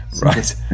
right